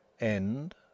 End